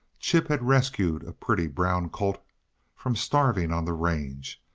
chip had rescued a pretty, brown colt from starving on the range,